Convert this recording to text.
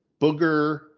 Booger